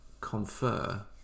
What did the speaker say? Confer